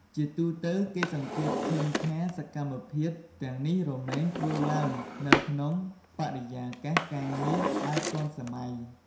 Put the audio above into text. ជាទូទៅគេសង្កេតឃើញថាសកម្មភាពទាំងនេះរមែងធ្វើឡើងនៅក្នុងបរិយាកាសការងារបែបទាន់សម័យ។